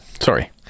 Sorry